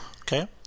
okay